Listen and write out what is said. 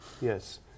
Yes